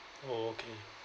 oh okay